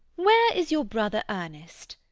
where is your brother ernest?